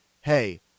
hey